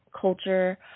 culture